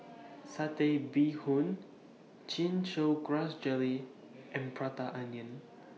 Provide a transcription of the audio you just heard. Satay Bee Hoon Chin Chow Grass Jelly and Prata Onion